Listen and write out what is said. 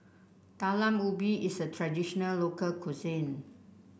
Talam Ubi is a traditional local cuisine